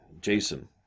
Jason